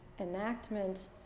enactment